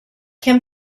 can